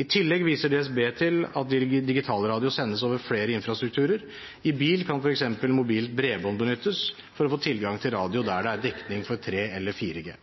I tillegg viser DSB til at digitalradio sendes over flere infrastrukturer. I bil kan f.eks. mobilt bredbånd benyttes for å få tilgang til radio der det er dekning for 3G eller